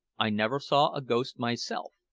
i never saw a ghost myself,